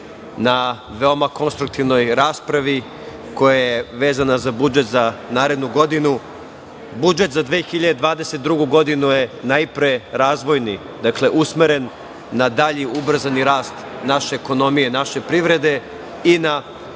na veoma konstruktivnoj raspravi koja je vezana za budžet za narednu godinu. Budžet za 2020. godinu je najpre razvojni. Dakle, usmeren je na dalji ubrzani rast naše ekonomije, naše privrede i na